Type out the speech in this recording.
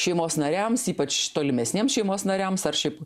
šeimos nariams ypač tolimesniems šeimos nariams ar šiaip